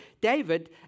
David